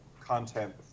content